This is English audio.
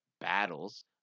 battles